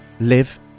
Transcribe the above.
live